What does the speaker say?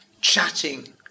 Chatting